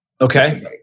Okay